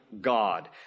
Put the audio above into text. God